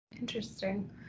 Interesting